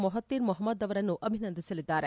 Mahathir Mohamad ಅವರನ್ನು ಅಭಿನಂದಿಸಲಿದ್ದಾರೆ